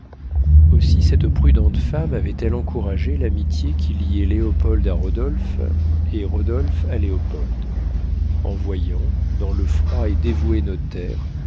aussi cette prudente femme avait-elle encouragé l'amitié qui liait léopold à rodolphe et rodolphe à léopold en voyant dans le froid et dévoué